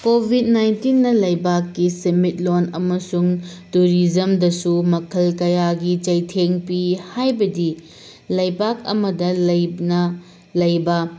Covid ꯅꯥꯏꯟꯇꯤꯟꯅ ꯂꯩꯕꯥꯛꯀꯤ ꯁꯦꯟꯃꯤꯠꯂꯣꯟ ꯑꯃꯁꯨꯡ ꯇꯨꯔꯤꯖꯝꯗꯁꯨ ꯃꯈꯜ ꯀꯌꯥꯒꯤ ꯆꯩꯊꯦꯡ ꯄꯤ ꯍꯥꯏꯕꯗꯤ ꯂꯩꯕꯥꯛ ꯑꯃꯗ ꯂꯩꯅꯥ ꯂꯩꯕ